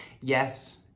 Yes